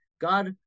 God